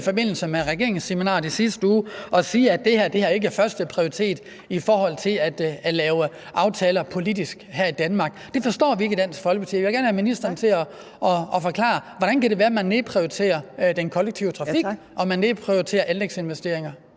i forbindelse med regeringsseminaret i sidste uge og sige, at det her ikke har førsteprioritet, når det drejer sig om at lave politiske aftaler her i Danmark. Det forstår vi ikke i Dansk Folkeparti, og jeg vil gerne have ministeren til at forklare, hvordan det kan være, at man nedprioriterer den kollektive trafik og anlægsinvesteringer.